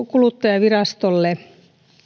kuluttajavirastolle